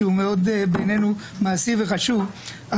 שבעינינו הוא מאוד מעשי וחשוב,